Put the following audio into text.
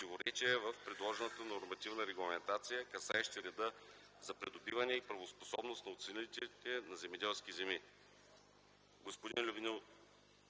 в предложената нормативна регламентация, касаещи реда за придобиване на правоспособност от оценителите на земеделски земи.